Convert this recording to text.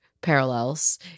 parallels